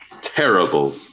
terrible